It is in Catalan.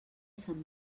sant